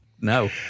no